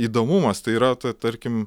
įdomumas tai yra ta tarkim